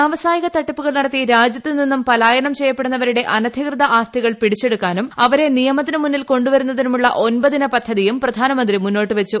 വ്യാവസായിക തട്ടിപ്പുകൾ നടത്തി രാജ്യത്തുനിന്നും പാലായനം ചെയ്യുന്നവരുടെ അനധികൃത ആസ്തികൾ പിടിച്ചെടുക്കാനും അവരെ നിയമത്തിനു മുന്നിൽ കൊണ്ടുവരുന്നതിനുമുള്ള ഒമ്പതിന പദ്ധതിയും പ്രധാനമന്ത്രി മുന്നോട്ടുവച്ചു